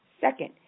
Second